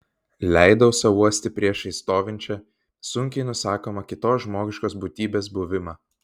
leidau sau uosti priešais stovinčią sunkiai nusakomą kitos žmogiškos būtybės buvimą